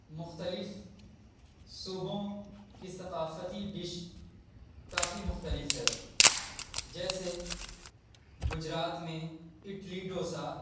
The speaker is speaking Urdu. مختلف صوبوں کی ثقافتی ڈش کافی مختلف ہے جیسے گجرات میں اٹلی ڈوسہ